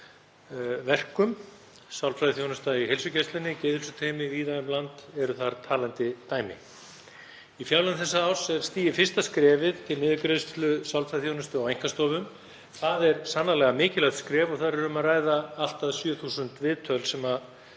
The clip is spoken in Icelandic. verkunum. Sálfræðiþjónusta í heilsugæslunni og geðheilsuteymi víða um land eru þar talandi dæmi. Í fjárlögum þessa árs er stigið fyrsta skrefið til niðurgreiðslu sálfræðiþjónustu á einkastofum. Það er sannarlega mikilvægt skref og þar er um að ræða allt að 7.000 viðtöl sem